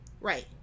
Right